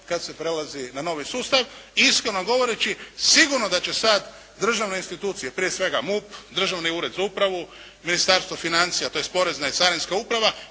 kad se prelazi na novi sustav. Iskreno govoreći, sigurno da će sad državne institucije, prije svega MUP, Državni ured za upravu, Ministarstvo financija tj. Porezna i Carinska uprava,